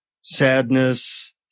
sadness